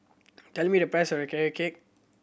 tell me the price of Carrot Cake